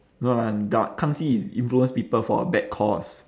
no lah kang xi is influence people for a bad cause